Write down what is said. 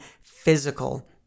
physical